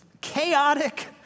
chaotic